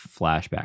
flashback